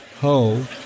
ho